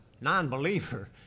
non-believer